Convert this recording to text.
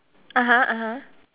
(uh huh) (uh huh)